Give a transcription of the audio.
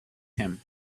him